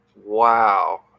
Wow